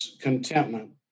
contentment